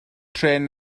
trên